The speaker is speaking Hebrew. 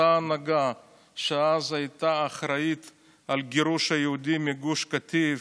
אותה הנהגה שאז הייתה אחראית על גירוש היהודים מגוש קטיף,